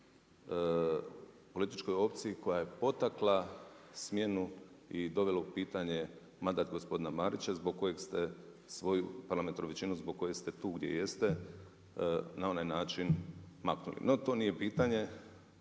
političkoj opciji koja je potakla smjenu i dovela u pitanje mandat gospodina Marića zbog kojeg ste svoju parlamentarnu većinu, zbog koje ste tu gdje jeste, na onaj način maknuli. No to nije pitanje,